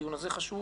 הדיון הזה הוא חשוב